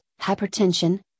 hypertension